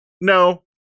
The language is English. no